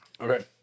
Okay